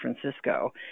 Francisco